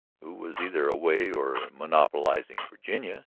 who was either away or monopolizing virginia.